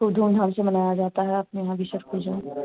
ख़ूब धूम धाम से मनाया जाती है अपने यहाँ भी छठ पूजा